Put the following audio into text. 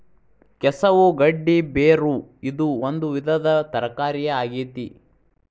ಕೆಸವು ಗಡ್ಡಿ ಬೇರು ಇದು ಒಂದು ವಿವಿಧ ತರಕಾರಿಯ ಆಗೇತಿ